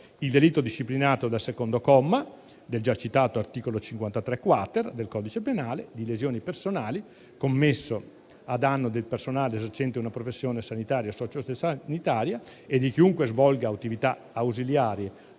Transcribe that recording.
il delitto, disciplinato dal secondo comma del già citato articolo 53-*quater* del codice penale, di lesioni personali, commesso a danno del personale esercente una professione sanitaria o socio-sanitaria e di chiunque svolga attività ausiliarie